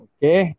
Okay